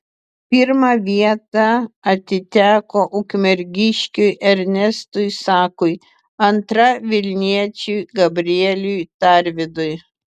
pirma vieta atiteko ukmergiškiui ernestui sakui antra vilniečiui gabrieliui tarvidui